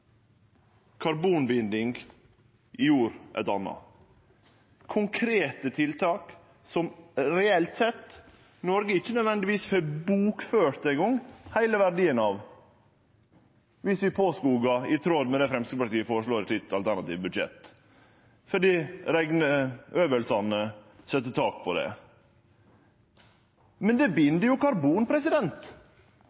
karbonbinding i jord eit anna. Det er konkrete tiltak som Noreg ikkje nødvendigvis eingong får bokført heile verdien av, viss vi påskogar i tråd med det Framstegspartiet føreslår i sitt alternative budsjett, fordi rekneøvingane set tak på det. Men det